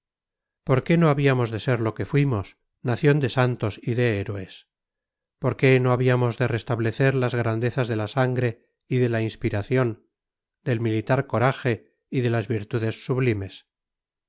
por qué no habíamos de ser lo que fuimos nación de santos y de héroes por qué no habíamos de restablecer las grandezas de la sangre y de la inspiración del militar coraje y de las virtudes sublimes